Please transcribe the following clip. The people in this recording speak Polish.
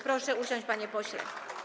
Proszę usiąść, panie pośle.